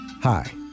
Hi